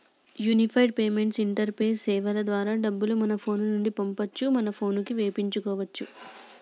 unified payments interface సేవల ద్వారా డబ్బులు మన ఫోను నుండి పంపొచ్చు మన పోనుకి వేపించుకోచ్చు